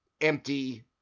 empty